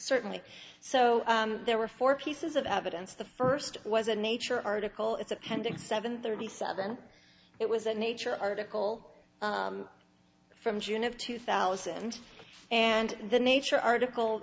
certainly so there were four pieces of evidence the first was a nature article its appendix seven thirty seven it was a nature article from june of two thousand and eight the nature article